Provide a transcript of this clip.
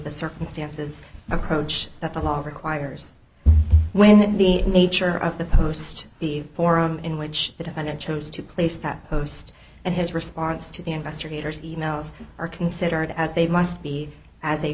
the circumstances approach that the law requires when the nature of the post the forum in which the defendant chose to place that post and his response to the investigators e mails are considered as they must be as a